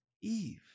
Eve